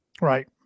Right